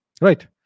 Right